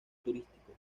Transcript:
turístico